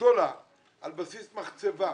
גדולה על בסיס מחצבה,